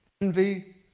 envy